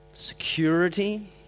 Security